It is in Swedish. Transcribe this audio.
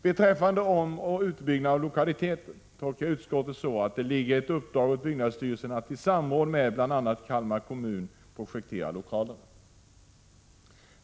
Beträffande omoch utbyggnad av lokaliteter tolkar jag utskottet så, att det föreligger ett uppdrag åt byggnadsstyrelsen att i samråd med bl.a. Kalmar kommun projektera lokaler.